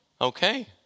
Okay